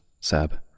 Sab